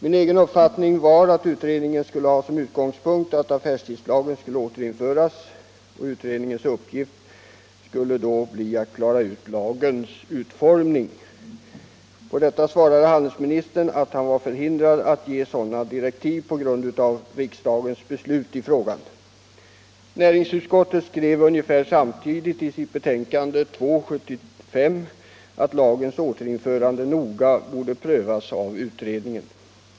Min egen uppfattning var att utredningen skulle ha som utgångspunkt att affärstidslagen skulle återinföras. Utredningens uppgift skulle då bli att klara ut lagens utformning. På detta svarade handelsministern att han var förhindrad att ge sådana direktiv på grund av riksdagens beslut i frågan. Näringsutskottet skrev ungefär samtidigt i sitt betänkande nr 2 år 1975 att lagens återinförande noggrant borde prövas av utredningen.